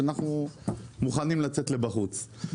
שאנחנו מוכנים לצאת החוצה.